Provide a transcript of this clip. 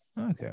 Okay